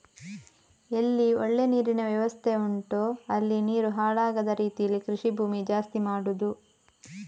ಎಲ್ಲಿ ಒಳ್ಳೆ ನೀರಿನ ವ್ಯವಸ್ಥೆ ಉಂಟೋ ಅಲ್ಲಿ ನೀರು ಹಾಳಾಗದ ರೀತೀಲಿ ಕೃಷಿ ಭೂಮಿ ಜಾಸ್ತಿ ಮಾಡುದು